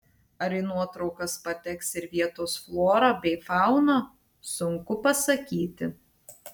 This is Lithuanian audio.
ar į nuotraukas pateks ir vietos flora bei fauna sunku pasakyti